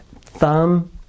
Thumb